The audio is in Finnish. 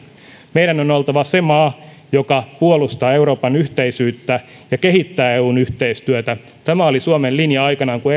meidän on on oltava se maa joka puolustaa euroopan yhteisyyttä ja kehittää eun yhteistyötä tämä oli suomen linja aikanaan kun